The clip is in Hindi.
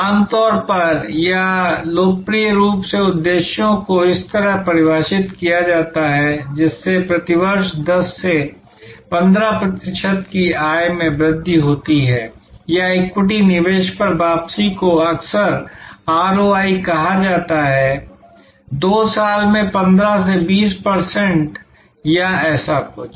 आम तौर पर या लोकप्रिय रूप से उद्देश्यों को इस तरह परिभाषित किया जाता है जिससे प्रति वर्ष 10 से 15 प्रतिशत की आय में वृद्धि होती है या इक्विटी निवेश पर वापसी को अक्सर आरओआई कहा जाता है 2 साल में 15 से 20 प्रतिशत या ऐसा कुछ